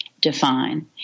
define